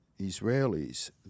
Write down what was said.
Israelis